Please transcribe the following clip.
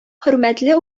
хөрмәтле